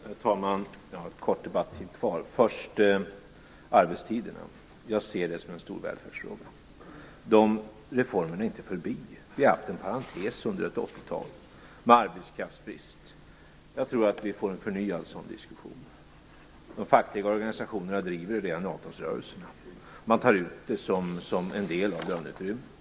Herr talman! Jag har kort debattid kvar. Låt mig först ta upp arbetstiderna. Jag ser det som en stor välfärdsfråga. Dessa reformer är inte förbi. Vi har haft en parentes under 80-talet med arbetskraftsbrist. Jag tror att vi får en förnyad sådan diskussion. De fackliga organisationerna driver detta redan i avtalsrörelserna. Man tar ut det som en del av löneutrymmet.